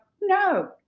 No